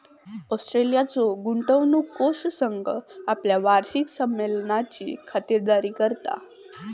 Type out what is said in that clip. ऑस्ट्रेलियाचो गुंतवणूक कोष संघ आपल्या वार्षिक संमेलनाची खातिरदारी करता